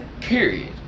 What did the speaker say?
Period